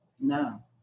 No